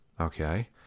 Okay